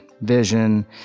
vision